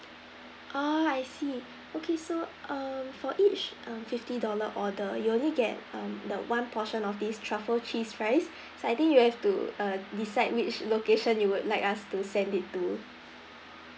hor I see okay so um for each um fifty dollar order you'll only get um that one portion of this truffle cheese fries so I think you'll have to err decide which location you would like us to send it to